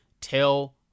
tell